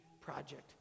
project